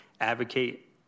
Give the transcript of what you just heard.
advocate